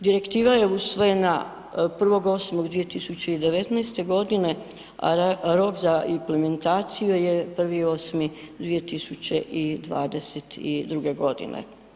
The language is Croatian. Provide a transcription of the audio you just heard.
Direktiva je usvojena 1.8.2019. godine, a rok za implementaciju je 1.8.2022. godine.